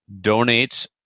donates